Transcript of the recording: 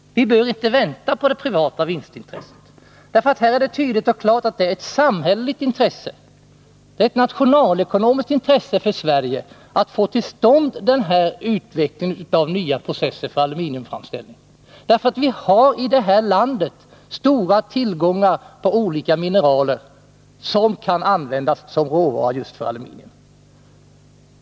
Vi behöver inte vänta på det privata vinstintresset. Det är tydligt och klart att det är ett samhälleligt och ett nationalekonomiskt intresse för Sverige att få till stånd denna utveckling av nya processer för aluminiumframställning. Vi har i detta land stora tillgångar på olika mineraler som kan användas som råvara just för aluminium.